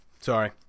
Sorry